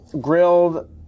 grilled